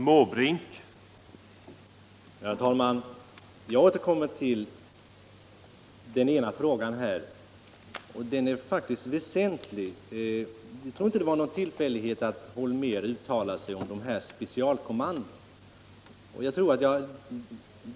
Herr talman! Jag återkommer till den ena av de frågor jag ställde. Den är faktiskt väsentlig. Jag tror inte att det var någon tillfällighet att herr Holmér uttalade sig om dessa specialkommandon.